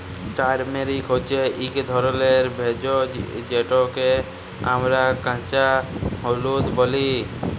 turmeric হছে ইক ধরলের ভেষজ যেটকে আমরা কাঁচা হলুদ ব্যলি